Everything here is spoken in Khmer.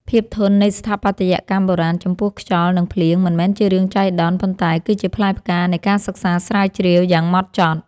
ភាពធន់នៃស្ថាបត្យកម្មបុរាណចំពោះខ្យល់ និង ភ្លៀងមិនមែនជារឿងចៃដន្យ ប៉ុន្តែគឺជាផ្លែផ្កានៃការសិក្សាស្រាវជ្រាវយ៉ាងហ្មត់ចត់។